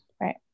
Right